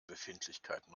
befindlichkeiten